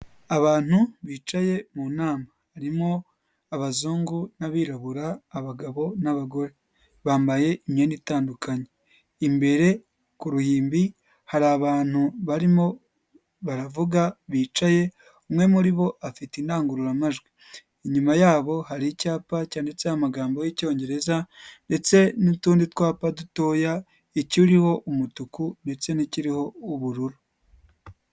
Abantu bicaye mu nama, harimo abazungu n'abirabura, abagabo n'abagore, bambaye imyenda itandukanye, imbere ku ruhimbi hari abantu barimo baravuga bicaye, umwe muri bo afite indangururamajwi, inyuma yabo hari icyapa cyanditseho amagambo y'Icyongereza ndetse n'utundi twapa dutoya, ikiriho umutuku ndetse n'ikiribiriho ubururu.